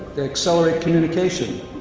they accelerate communication.